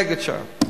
נגד שר"פ.